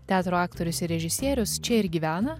teatro aktorius ir režisierius čia ir gyvena